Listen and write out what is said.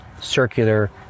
circular